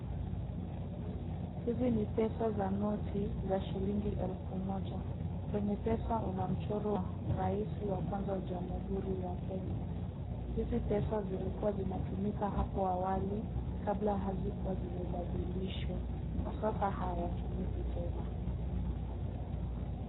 Hizi ni pesa za noti za shilingi elfu moja. Kwenye pesa kuna mchoro wa raisi wa kwanza wa Jamhuri ya Kenya. Hizi pesa zilikua zinatumika hapo awali kabla hazikuwa zimebadilishwa. Kwa sasa, hayatumiki tena.